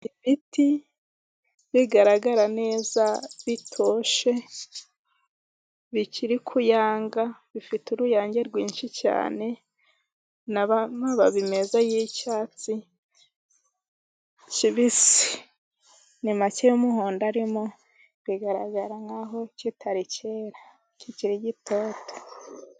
Ibiti bigaragara neza bitoshye bikiri kuyanga bifite uruyange rwinshi cyane n'amababi meza y'icyatsi kibisi ,ni make y'umuhondo arimo bigaragara nk'aho kitari cyera kikiri gitoto.